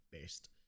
best